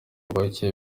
abayoboke